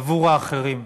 עבור האחרים.